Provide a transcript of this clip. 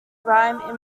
rhyme